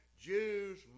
Jews